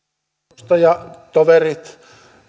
edustajatoverit